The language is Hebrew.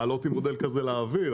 לעלות עם מודל כזה לאוויר,